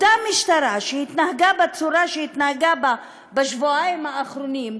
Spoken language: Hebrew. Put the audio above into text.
אותה משטרה שהתנהגה בצורה שהתנהגה בשבועיים האחרונים,